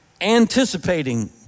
anticipating